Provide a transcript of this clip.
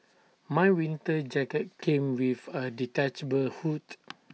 my winter jacket came with A detachable hood